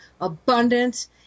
abundance